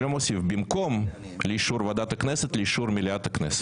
במקום לאישור ועדת הכנסת יהיה לאישור מליאת הכנסת.